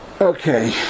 okay